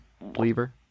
believer